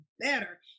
better